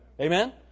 Amen